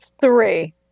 Three